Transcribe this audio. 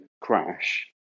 crash